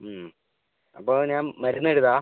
അപ്പോൾ ഞാൻ മരുന്നെഴുതാം